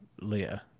Leah